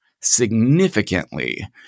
significantly